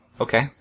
Okay